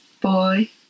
boy